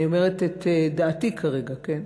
אני אומרת את דעתי כרגע, כן?